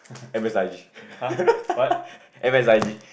M S I G M S I G